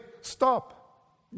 stop